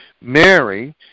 Mary